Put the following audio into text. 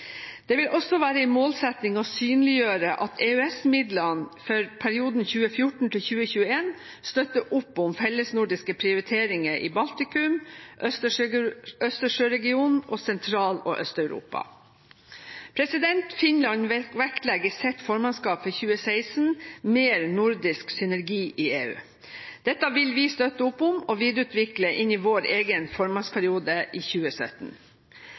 Det vil også være en målsetting å synliggjøre at EØS-midlene for perioden 2014–2021 støtter opp om fellesnordiske prioriteringer i Baltikum, Østersjøregionen og Sentral- og Øst-Europa. Finland vektlegger i sitt formannskap for 2016 mer nordisk synergi i EU. Dette vil vi støtte opp om og videreutvikle inn i vår egen formannskapsperiode i 2017.